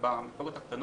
במפלגות הקטנות,